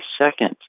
second